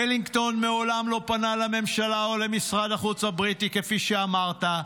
ולינגטון מעולם לא פנה לממשלה או למשרד החוץ הבריטי כפי שאמרת,